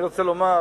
אני רוצה לומר